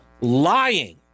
Lying